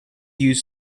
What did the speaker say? use